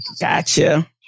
Gotcha